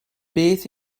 beth